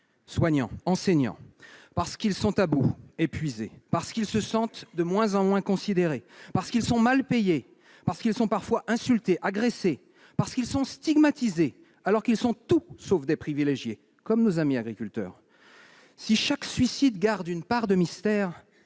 enseignants. Ils se suicident parce qu'ils sont à bout, épuisés ; parce qu'ils se sentent de moins en moins considérés ; parce qu'ils sont mal payés ; parce qu'ils sont parfois insultés, agressés ; parce qu'ils sont stigmatisés, enfin, alors qu'ils sont tout sauf des privilégiés, comme nos amis agriculteurs. Si chaque suicide garde une part de mystère,